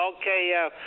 okay